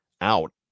out